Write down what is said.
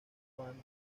fan